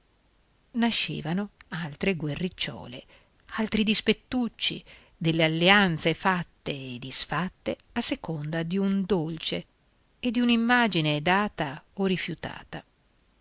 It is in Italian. nascevano altre guerricciuole altri dispettucci delle alleanze fatte e disfatte a seconda di un dolce e di un'immagine data o rifiutata